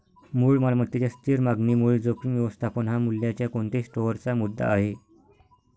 मूळ मालमत्तेच्या स्थिर मागणीमुळे जोखीम व्यवस्थापन हा मूल्याच्या कोणत्याही स्टोअरचा मुद्दा आहे